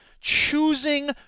choosing